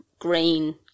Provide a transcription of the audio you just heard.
green